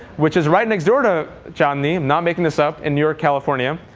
which is right next door to chandni, not making this up, in newark, california.